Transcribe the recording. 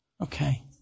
Okay